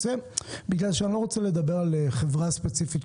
בגלל שאני לא רוצה לדבר על חברה ספציפית,